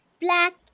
black